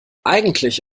eigentlich